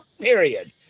period